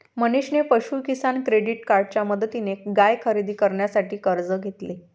मनीषने पशु किसान क्रेडिट कार्डच्या मदतीने गाय खरेदी करण्यासाठी कर्ज घेतले